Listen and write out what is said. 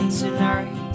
tonight